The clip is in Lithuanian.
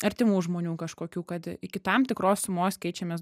artimų žmonių kažkokių kad iki tam tikros sumos keičiamės